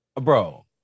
Bro